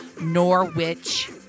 Norwich